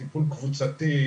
טיפול קבוצתי,